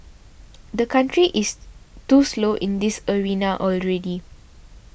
the country is too slow in this arena already